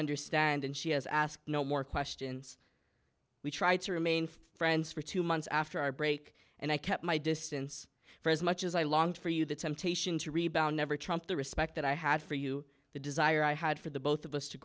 understand and she has asked no more questions we tried to remain friends for two months after our break and i kept my distance for as much as i longed for you the temptation to rebound never trump the respect that i had for you the desire i had for the both of us to